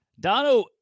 Dono